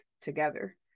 together